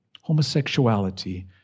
Homosexuality